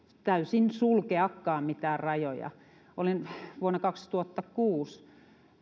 täysin sulkeakaan mitään rajoja vuonna kaksituhattakuusi